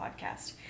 podcast